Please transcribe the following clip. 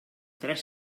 tres